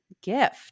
gift